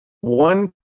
one